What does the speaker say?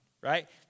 right